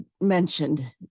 mentioned